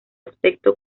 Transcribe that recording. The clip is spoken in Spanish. aspecto